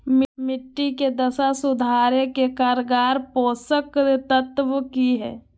मिट्टी के दशा सुधारे के कारगर पोषक तत्व की है?